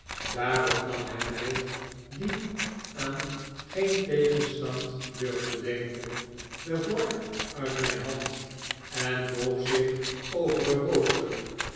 daarop nam hij mij die aan gen tegenstand durfde denken de vork i it mijn hand en boog zich over den rooster